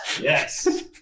Yes